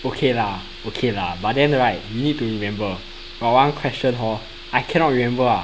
okay lah okay lah but then right you need to remember got one question hor I cannot remember ah